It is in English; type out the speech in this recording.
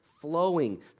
flowing